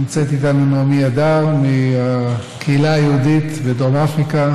נמצאת איתנו נעמי אדר מהקהילה היהודית בדרום אפריקה,